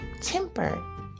temper